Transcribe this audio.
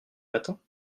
matin